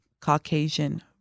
caucasian